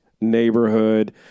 neighborhood